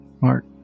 Mark